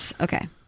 Okay